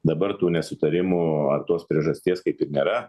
dabar tų nesutarimų ar tos priežasties kaip ir nėra